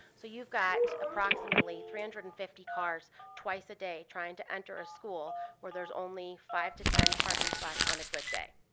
so you've got approximately three hundred and fifty cars twice a day trying to enter a school where there's only five to ten parking spots on a good day.